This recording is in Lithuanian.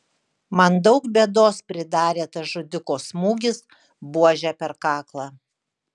man daug bėdos pridarė tas žudiko smūgis buože per kaklą